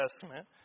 Testament